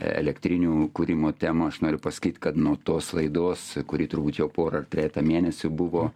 elektrinių kūrimo temą aš noriu pasakyt kad nuo tos laidos kuri turbūt jau porą ar trejetą mėnesių buvo